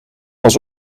was